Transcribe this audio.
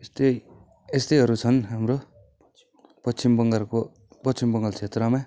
यस्तै यस्तैहरू छन् हाम्रो पश्चिम बङ्गालको पश्चिम बङ्गाल क्षेत्रमा